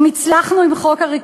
כדי לדעת אם הצלחנו עם חוק הריכוזיות,